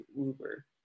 Uber